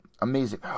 amazing